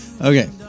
Okay